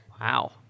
Wow